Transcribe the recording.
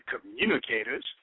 communicators